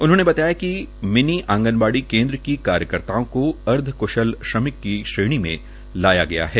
उन्होंने बताया कि मिनी आंगनवाड़ी केन्द्र की कार्यकर्ताओं की अर्धक्शल श्रमिक की श्रेणी में लाया गया है